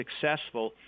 successful